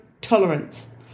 tolerance